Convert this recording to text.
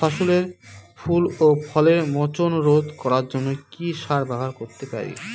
ফসলের ফুল ও ফলের মোচন রোধ করার জন্য কি সার ব্যবহার করতে পারি?